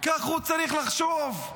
ככה הוא צריך לחשוב.